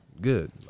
good